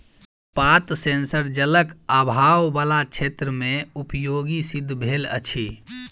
पात सेंसर जलक आभाव बला क्षेत्र मे उपयोगी सिद्ध भेल अछि